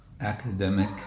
academic